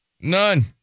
None